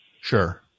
Sure